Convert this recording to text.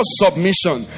submission